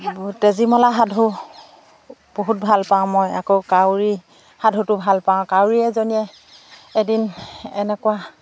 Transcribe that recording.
তেজিমলা সাধু বহুত ভাল পাওঁ মই আকৌ কাউৰী সাধুটো ভাল পাওঁ কাউৰী এজনীয়ে এদিন এনেকুৱা